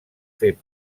fer